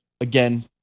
again